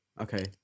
Okay